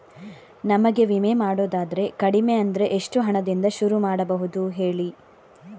ನಮಗೆ ವಿಮೆ ಮಾಡೋದಾದ್ರೆ ಕಡಿಮೆ ಅಂದ್ರೆ ಎಷ್ಟು ಹಣದಿಂದ ಶುರು ಮಾಡಬಹುದು ಹೇಳಿ